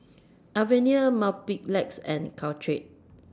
Avene Mepilex and Caltrate